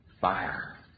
fire